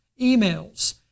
emails